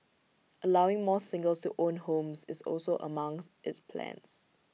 allowing more singles to own homes is also among its plans